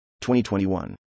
2021